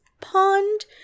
pond